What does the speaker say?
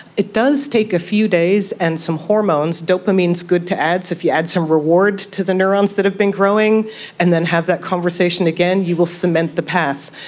it does take a few days and some hormones. dopamine is good to add. so if you add some reward to the neurons that have been growing and then have that conversation again you will cement the path.